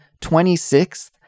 26th